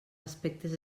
aspectes